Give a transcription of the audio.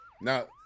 now